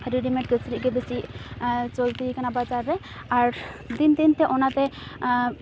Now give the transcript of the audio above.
readymade ᱠᱤᱪᱨᱤᱡᱽ ᱜᱮ ᱵᱤᱥᱤ ᱪᱚᱞᱛᱤᱭ ᱠᱟᱱᱟ ᱵᱟᱡᱟᱨ ᱨᱮ ᱟᱨ ᱫᱤᱱ ᱫᱤᱱᱛᱮ ᱚᱱᱟᱛᱮ